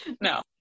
no